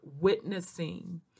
witnessing